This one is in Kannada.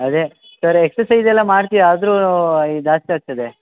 ಅದೇ ಸರ್ ಎಕ್ಸಸೈಝೆಲ್ಲ ಮಾಡ್ತೀವಿ ಆದರೂ ಈಗ ಜಾಸ್ತಿ ಆಗ್ತಿದೆ